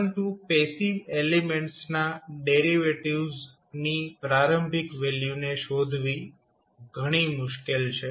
પરંતુ passive elements ના ડેરિવેટિવ્ઝની પ્રારંભિક વેલ્યુને શોધવી થોડી મુશ્કેલ છે